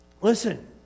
listen